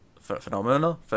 phenomenal